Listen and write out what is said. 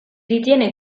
ritiene